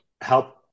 help